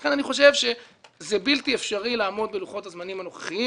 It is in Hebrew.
לכן אני חושב שזה בלתי אפשרי לעמוד בלוחות הזמנים הנוכחיים